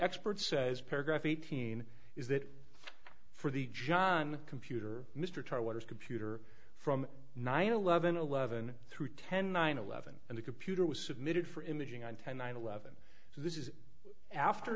expert says paragraph eighteen is that for the john computer mr try what is computer from nine eleven eleven through ten nine eleven and the computer was submitted for imaging on ten nine eleven so this is after